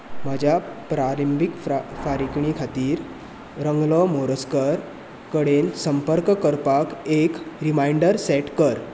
म्हज्या प्रलंबीत फारीकणी खातीर रगलो मोरजकार कडेन संपर्क करपाक एक रिमांयडर सेट कर